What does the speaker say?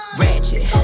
ratchet